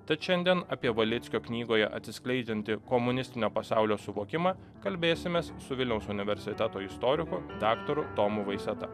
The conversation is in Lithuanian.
tad šiandien apie valickio knygoje atsiskleidžiantį komunistinio pasaulio suvokimą kalbėsimės su vilniaus universiteto istoriku daktaru tomu vaiseta